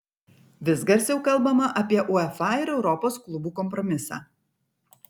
vis garsiau kalbama apie uefa ir europos klubų kompromisą